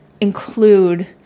include